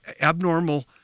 Abnormal